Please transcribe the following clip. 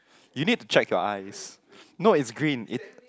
you need to know your eyes no it's green